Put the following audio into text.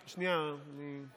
שנייה, אני,